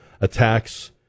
attacks